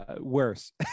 Worse